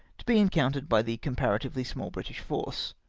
to be encountered by the comparatively small british force.